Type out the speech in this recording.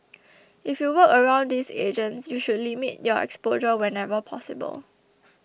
if you work around these agents you should limit your exposure whenever possible